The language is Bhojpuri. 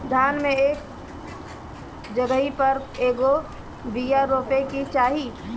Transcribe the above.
धान मे एक जगही पर कएगो बिया रोपे के चाही?